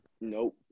Nope